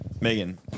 Megan